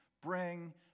bring